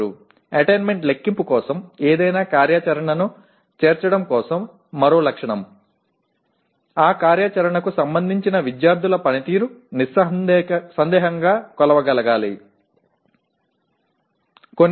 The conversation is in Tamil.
மற்றொரு அம்சம் இந்த ஒருங்கிணைத்தலுக்கு மீண்டும் எந்தவொரு நடவடிக்கையும் கணக்கிடுவதற்கு சேர்க்கப்பட்டாலும் அந்த நடவடிக்கை தொடர்பான மாணவர்களின் செயல்திறன் சந்தேகத்திற்கு இடமின்றி அளவிடக்கூடியதாக இருக்க வேண்டும்